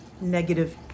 negative